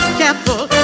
careful